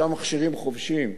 שם מכשירים חובשים,